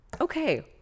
okay